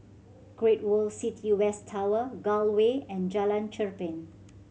Great World City West Tower Gul Way and Jalan Cherpen